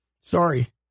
Sorry